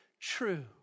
true